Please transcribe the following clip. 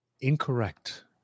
Incorrect